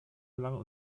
gelangen